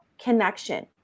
connection